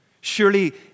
Surely